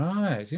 Right